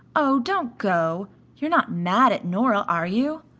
oh, don't go you're not mad at nora, are you?